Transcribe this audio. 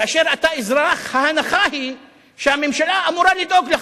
כאשר אתה אזרח, ההנחה היא שהממשלה אמורה לדאוג לך.